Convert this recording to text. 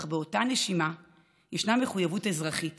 אך באותה נשימה ישנה מחויבות אזרחית